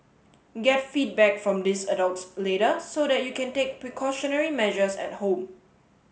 get feedback from these adults later so that you can take precautionary measures at home